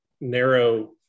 narrow